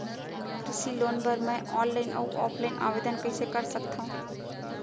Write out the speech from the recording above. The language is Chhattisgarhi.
कृषि लोन बर मैं ऑनलाइन अऊ ऑफलाइन आवेदन कइसे कर सकथव?